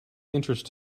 interest